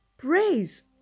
Praise